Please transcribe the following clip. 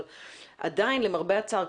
אבל עדיין למרבה הצער,